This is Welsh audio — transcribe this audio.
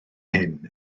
hyn